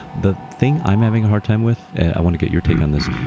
the thing i'm having a hard time with, and i want to get your take on this,